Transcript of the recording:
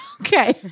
Okay